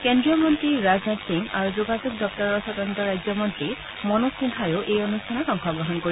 কেন্দ্ৰীয় মন্ত্ৰী ৰাজনাথ সিং আৰু যোগাযোগ দপ্তৰৰ স্বতন্ত্ৰ ৰাজ্যমন্ত্ৰী মনোজ সিনহায়ো এই অনুষ্ঠানত অংশগ্ৰহণ কৰিব